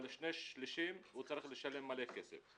אבל שני שלישים הוא צריך לשלם מלא כסף.